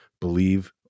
believe